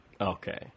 okay